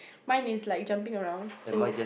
mine is like jumping around so